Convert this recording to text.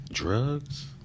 Drugs